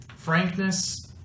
Frankness